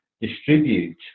distribute